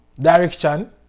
direction